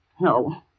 no